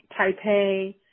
Taipei